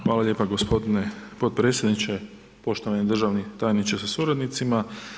Hvala lijepa, g. potpredsjedniče, poštovani državni tajniče sa suradnicima.